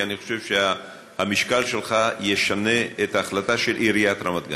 כי אני חושב שהמשקל שלך ישנה את ההחלטה של עיריית רמת גן.